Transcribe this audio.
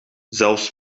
zelfs